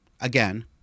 again